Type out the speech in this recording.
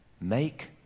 Make